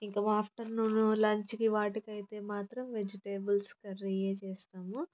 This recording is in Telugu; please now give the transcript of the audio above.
ఇంక ఆఫ్టర్నూన్ లంచ్కి వాటికి అయితే మాత్రం వెజిటేబుల్స్ కర్రీయే చేస్తాము